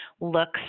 looks